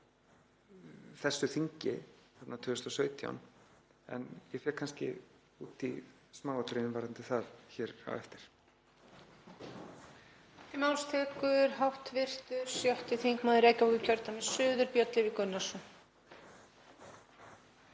þessu þingi 2017 en ég fer kannski út í smáatriðin varðandi það hér á eftir.